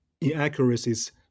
inaccuracies